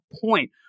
point